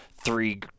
three